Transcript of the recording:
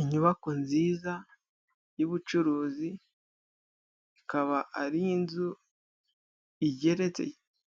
Inyubako nziza y'ubucuruzi ikaba ari inzu igeretse